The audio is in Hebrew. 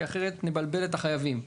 כי אחרת נבלבל את החייבים.